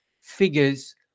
figures